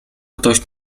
ktoś